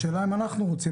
השאלה היא אם אנחנו רוצים.